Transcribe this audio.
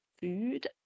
food